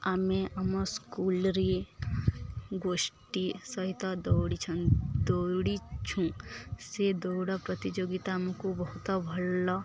ଆମେ ଆମ ସ୍କୁଲ୍ରେ ଗୋଷ୍ଠୀ ସହିତ ଦୌଡ଼ିଛନ୍ ଦୌଡ଼ିଛୁ ସେ ଦୌଡ଼ ପ୍ରତିଯୋଗିତା ଆମକୁ ବହୁତ ଭଲ